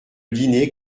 dîner